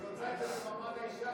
היא רוצה את זה במעמד האישה